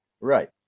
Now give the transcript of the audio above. Right